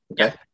okay